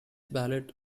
ballot